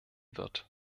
wird